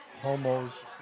homos